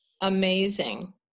amazing